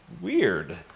weird